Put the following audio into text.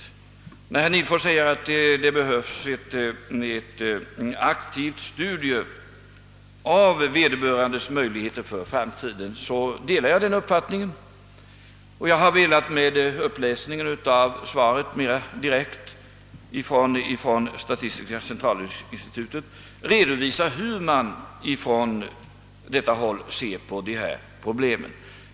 Jag delar herr Nihlfors” uppfattning att det behövs ett aktivt studium av vederbörandes möjligheter för framtiden. Genom att direkt återge brevet från statistiska centralbyråns chef har jag velat redovisa hur man där ser på dessa problem.